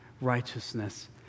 righteousness